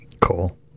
Cool